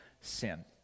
sin